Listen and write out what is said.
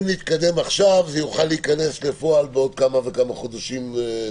אם נתקדם עכשיו זה יוכל להיכנס בפועל בעוד כמה חודשים טובים,